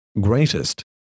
greatest